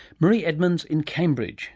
marie edmonds in cambridge